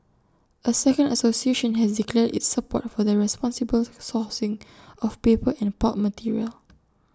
A second association has declared its support for the responsible sourcing of paper and pulp material